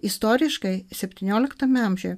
istoriškai septynioliktame amžiuje